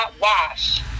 wash